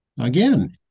Again